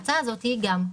ההצעה הזאת גם חוסכת.